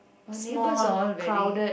neighbors are all very